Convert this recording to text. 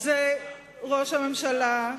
ראש הממשלה,